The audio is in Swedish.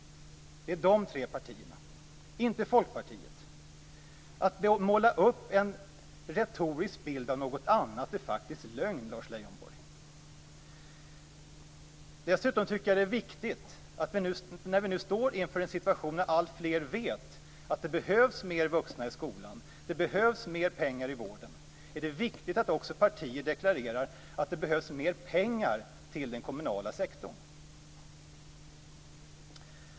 Det är dessa tre partier, inte Folkpartiet. Att måla upp en retorisk bild av något annat är faktiskt lögn, Lars Leijonborg. Dessutom tycker jag att det är viktigt, när vi nu står inför en situation då alltfler vet att det behövs fler vuxna i skolan och att det behövs mer pengar i vården, att partierna också deklarerar att det behövs mer pengar till den kommunala sektorn.